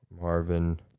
Marvin